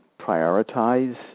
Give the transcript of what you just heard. prioritize